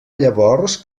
llavors